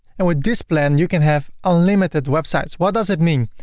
and with this plan you can have unlimited websites. what does it mean?